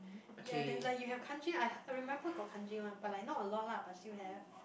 ya that like you have Kanji I I remember got Kanji one but like not a lot lah but still have